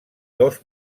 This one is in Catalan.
dos